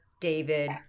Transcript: David